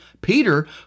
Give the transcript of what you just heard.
Peter